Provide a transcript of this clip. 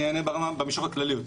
אני אענה במישור הכללי יותר.